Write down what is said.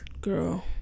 Girl